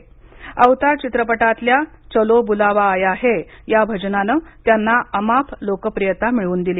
अवतार चित्रपटातल्या चलो बुलावा आया है या भजनानं त्यांना अमाप लोकप्रियता मिळवून दिली